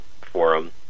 forum